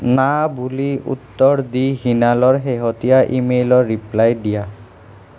না বুলি উত্তৰ দি হিনালৰ শেহতীয়া ইমেইলৰ ৰিপ্লাই দিয়া